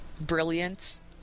brilliance